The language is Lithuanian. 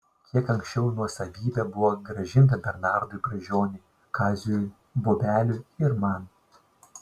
kiek anksčiau nuosavybė buvo grąžinta bernardui brazdžioniui kaziui bobeliui ir man